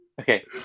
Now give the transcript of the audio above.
Okay